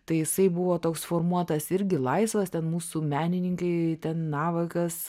tai jisai buvo toks formuotas irgi laisvas ten mūsų menininkai ten navakas